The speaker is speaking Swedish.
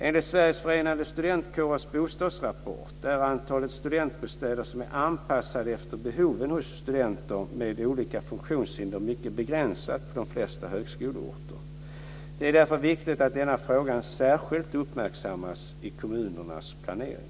Enligt Sveriges Förenade Studentkårers bostadsrapport är antalet studentbostäder som är anpassade efter behoven hos studenter med olika funktionshinder mycket begränsat på de flesta högskoleorter. Det är därför viktigt att denna fråga särskilt uppmärksammas i kommunernas planering.